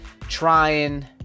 trying